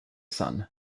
son